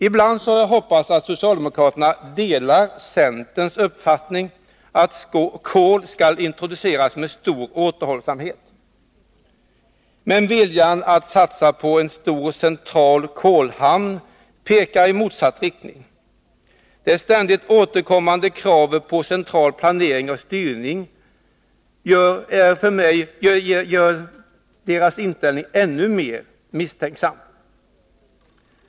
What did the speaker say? Ibland har jag hoppats att socialdemokraterna delar centerns uppfattning att kol skall introduceras med stor återhållsamhet, men viljan att satsa på en stor central kolhamn pekar i motsatt riktning. Det ständigt återkommande kravet på central planering och styrning gör mig ännu mer misstänksam mot deras inställning.